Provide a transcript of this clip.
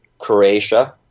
Croatia